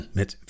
met